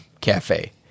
cafe